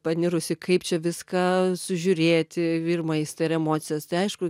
panirusi kaip čia viską sužiūrėti vir maistą ir emocijas tai aišku